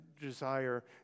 desire